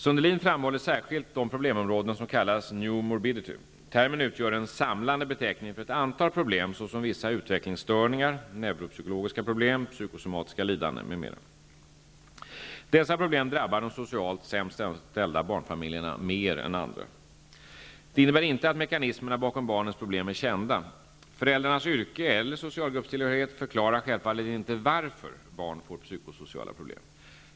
Sundelin framhåller särskilt de problemområden som kallas ''new morbidity''. Termen utgör en samlande beteckning för ett antal problem såsom vissa utvecklingsstörningar, neuropsykologiska problem, psykosomatiska lidanden m.m. Dessa problem drabbar de socialt sämst ställda barnfamiljerna mer än andra. Det innebär inte att mekanismerna bakom barnens problem är kända. Föräldrarnas yrke eller socialgruppstillhörighet förklarar självfallet inte varför barn får psykosociala problem.